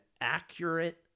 accurate